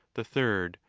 the third,